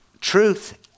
truth